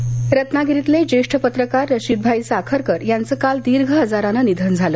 निधन रत्नागिरी रत्नागिरीतले ज्येष्ठ पत्रकार रशीदभाई साखरकर यांचं काल दीर्घ आजारानं निधन झालं